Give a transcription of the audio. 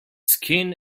skin